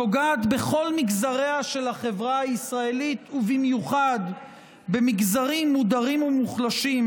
הפוגעת בכל מגזריה של החברה הישראלית ובמיוחד במגזרים מודרים ומוחלשים,